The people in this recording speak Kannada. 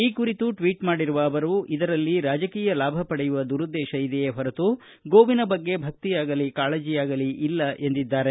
ಈ ಕುರಿತು ಟ್ವೀಟ್ ಮಾಡಿರುವ ಅವರು ಇದರಲ್ಲಿ ರಾಜಕೀಯ ಲಾಭ ಪಡೆಯುವ ದುರುದ್ದೇಶ ಇದೆಯೇ ಹೊರತು ಗೋವಿನ ಬಗ್ಗೆ ಭಕ್ತಿಯಾಗಲಿ ಕಾಳಜಿಯಾಗಲಿ ಇಲ್ಲ ಎಂದಿದ್ದಾರೆ